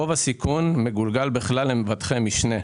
רוב הסיכון מגולגל על מבטחי המשנה.